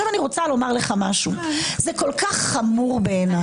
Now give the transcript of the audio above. זה כל כך חמור בעיניי.